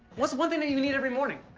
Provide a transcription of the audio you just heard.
what's one thing that you need every morning?